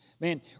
Man